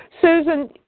Susan